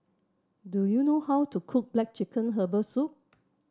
do you know how to cook black chicken Herbal Soup